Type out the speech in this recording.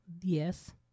Yes